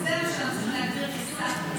זה מה שאנחנו צריכים להכיר כסף במדינת ישראל.